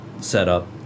setup